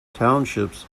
townships